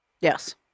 Yes